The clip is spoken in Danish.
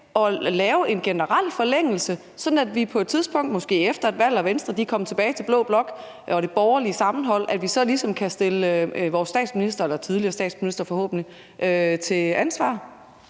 at lave en generel forlængelse, sådan at vi på et tidspunkt, måske efter et valg, og når Venstre er kommet tilbage til blå blok og det borgerlige sammenhold, ligesom kan stille vores statsminister, eller vores tidligere statsminister forhåbentlig, til ansvar?